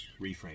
reframe